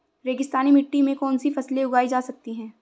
रेगिस्तानी मिट्टी में कौनसी फसलें उगाई जा सकती हैं?